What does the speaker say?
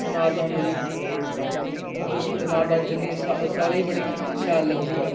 अनारदाने दी जो की अनारदाने दी चटनी सारें गी बड़ी शैल लगदी